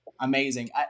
amazing